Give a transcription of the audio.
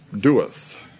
Doeth